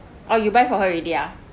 oh you buy for her already ah